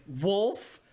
wolf